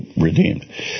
redeemed